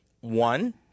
one